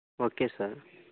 okay sir